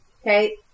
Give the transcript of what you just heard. okay